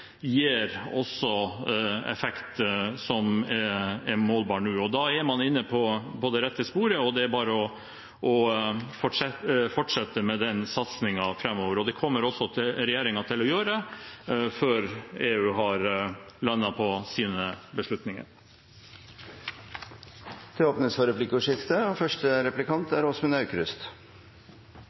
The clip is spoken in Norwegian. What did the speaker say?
gir også effekt som er målbar nå. Da er man inne på det rette sporet, og det er bare å fortsette med den satsingen framover. Det kommer også regjeringen til å gjøre før EU har landet på sine beslutninger. Det blir replikkordskifte. Historisk er et ord som går igjen når vi diskuterer Paris-avtalen, og det er